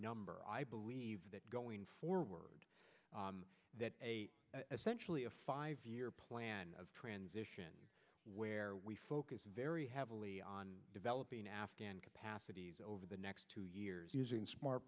number i believe that going forward that essential e a five year plan of transition where we focus very heavily on developing afghan capacities over the next two years using smart